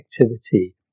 activity